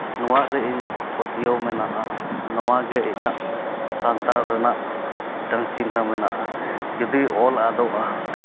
ᱱᱚᱣᱟ ᱨᱮ ᱤᱧᱟᱹᱜ ᱯᱟᱹᱛᱭᱟᱹᱣ ᱢᱮᱱᱟᱜᱼᱟ ᱱᱚᱣᱟᱜᱮ ᱤᱧᱟᱹᱜ ᱥᱟᱱᱛᱟᱲ ᱨᱮᱱᱟᱜ ᱢᱤᱫᱴᱟᱹᱝ ᱪᱤᱦᱱᱟᱹ ᱢᱮᱱᱟᱜᱼᱟ ᱡᱩᱫᱤ ᱚᱞ ᱟᱫᱚᱜᱼᱟ